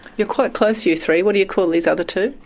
you're quite close you three. what do you call these other two?